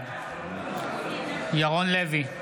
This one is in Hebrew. בעד ירון לוי,